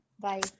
Bye